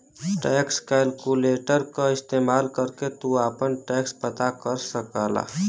tax calculator क इस्तेमाल करके तू आपन टैक्स पता कर सकला